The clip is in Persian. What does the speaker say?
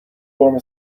قرمه